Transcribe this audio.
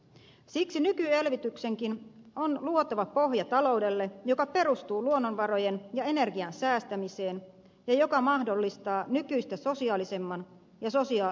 siksi nykyelvytyksenkin on luotava pohja taloudelle joka perustuu luonnonvarojen ja energian säästämiseen ja joka mahdollistaa nykyistä sosiaalisemman ja sosia